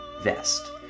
vest